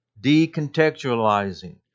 decontextualizing